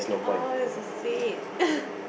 !aww! you so sweet